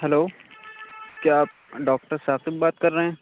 hello کیا آپ doctor Saqib بات کر رہے ہیں